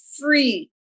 Free